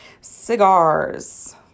Cigars